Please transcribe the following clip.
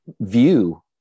view